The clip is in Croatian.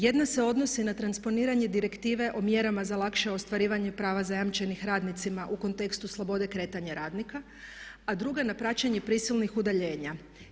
Jedna se odnosi na transponiranje Direktive o mjerama za lakše ostvarivanje prava zajamčenih radnicima u kontekstu slobode kretanja radnika, a druga na praćenje prisilnih udaljenja.